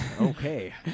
Okay